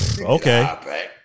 Okay